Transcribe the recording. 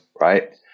right